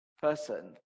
person